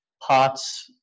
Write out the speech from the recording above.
parts